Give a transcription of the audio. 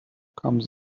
comes